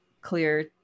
clear